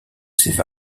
ses